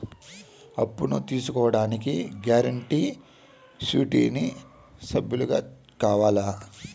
అప్పును తీసుకోడానికి guarantee, surety సభ్యులు కావాలా?